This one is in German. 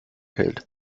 hält